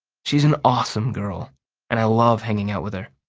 she's an awesome girl and i love hanging out with her.